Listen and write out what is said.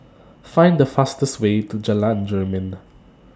Find The fastest Way to Jalan Jermin